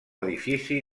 edifici